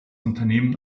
unternehmen